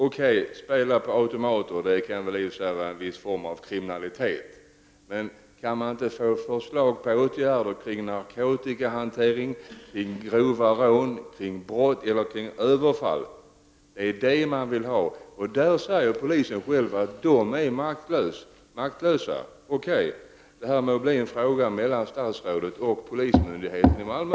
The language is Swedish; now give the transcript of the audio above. Okej, att spela på automater kan väl i och för sig vara en viss form av kriminalitet, men kan man inte få förslag till åtgärder kring narkotikahanteringen, kring grova rån eller överfall? Det är det man vill ha. Poliserna säger själva att de är maktlösa. Detta får bli en fråga mellan statsrådet och polismyndigheten i Malmö.